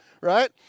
right